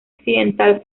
occidental